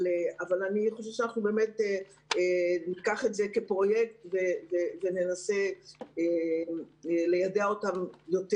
אני חושבת שאנחנו ניקח את זה כפרויקט וננסה ליידע אותם יותר